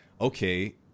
okay